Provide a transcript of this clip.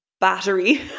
battery